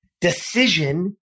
Decision